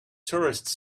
tourists